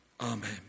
Amen